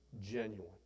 genuine